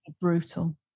brutal